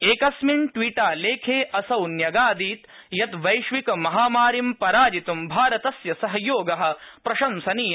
एकस्मिन ट्वीटालेख्ये असौ न्यगादीत् यत् वैश्विक महामारीं पराजितुं भारतस्य सहयोग प्रशंसनीय